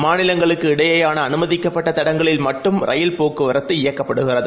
மாநிலங்களுக்குஇடையேயானஅனுமதிக்கப்பட்டதடங்களில்மட்டும்ரயில்போக் குவரத்துஇயக்கப்படுகிறது